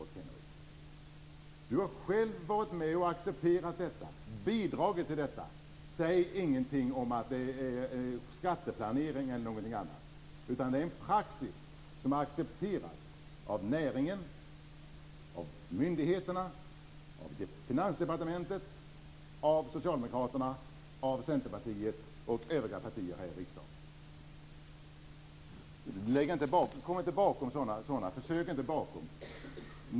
Rolf Kenneryd har själv varit med och accepterat detta och bidragit till detta. Säg ingenting om att det är fråga om skatteplanering eller någonting annat! Det är en praxis som är accepterad av näringen, myndigheterna, Finansdepartementet, Socialdemokraterna och övriga partier här i riksdagen. Försök inte krypa bakom det.